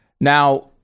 now